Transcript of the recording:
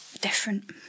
different